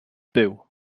byw